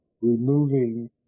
removing